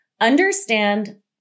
understand